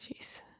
Jeez